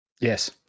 Yes